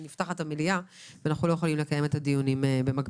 כי המליאה נפתחת ואנחנו לא יכולים לקיים את הדיונים במקביל.